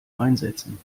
einsetzen